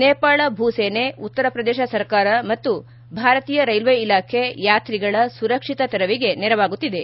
ನೇಪಾಳ ಭೂ ಸೇನೆ ಉತ್ತರ ಪ್ರದೇಶ ಸರ್ಕಾರ ಮತ್ತು ಭಾರತೀಯ ರೈಲ್ವೆ ಇಲಾಖೆ ಯಾತ್ರಿಗಳ ಸುರಕ್ಷಿತ ತೆರವಿಗೆ ನೆರವಾಗುತ್ತಿದೆ